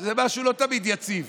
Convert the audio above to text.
שזה לא תמיד משהו יציב,